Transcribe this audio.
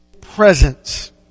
presence